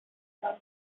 estação